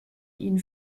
ihn